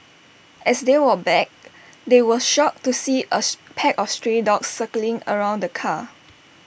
as they walked back they were shocked to see as pack of stray dogs circling around the car